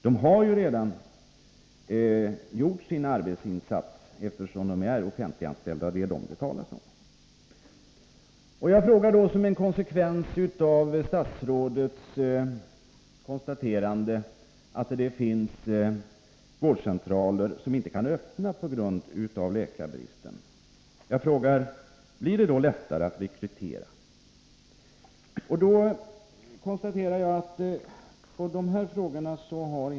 Dessa läkare gör ju sin arbetsinsats, eftersom de är offentliganställda, — det är fritidsarbetet som hindras. Jag konstaterar att statsrådet inte har gett något svar på frågorna.